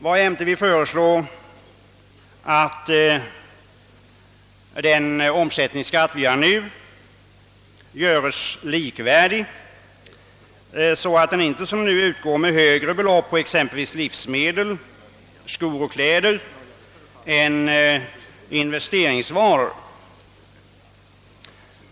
Vi föreslår vidare, att den nuvarande omsättningsskatten görs likvärdig, så att den inte : som nu utgår med högre belopp på exempelvis livsmedel, skor och kläder än på investeringsvaror.